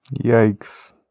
Yikes